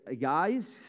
Guys